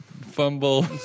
fumble